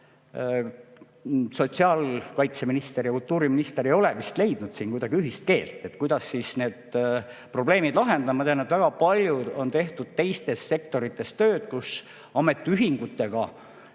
sotsiaalkaitseminister ja kultuuriminister ei ole vist leidnud siin kuidagi ühist keelt, kuidas need probleemid lahendada. Ma tean, et väga palju on tehtud teistes sektorites tööd koos ametiühingutega. Kunagi